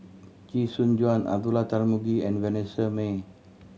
Chee Soon Juan Abdullah Tarmugi and Vanessa Mae